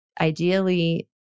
ideally